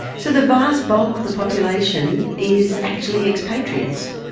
so the vast bulk of the population is actually expatriates?